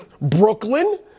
brooklyn